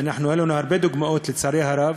והיו לנו הרבה דוגמאות, לצערי הרב,